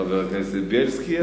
חבר הכנסת בילסקי.